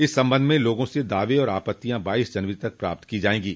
इस संबंध में लोगों से दावे और आपत्तियां बाईस जनवरी तक प्राप्त की जायें गी